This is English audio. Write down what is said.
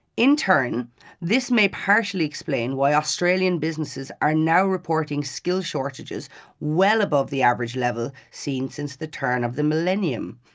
in turn this may partially explain why australian businesses are now reporting skills shortages well above the average level seen since the turn of the millennium.